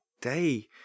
day